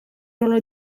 ruolo